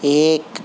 ایک